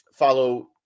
Follow